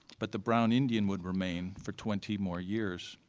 but the brown indian would remain for twenty more years,